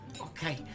Okay